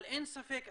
אין ספק,